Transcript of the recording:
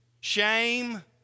Shame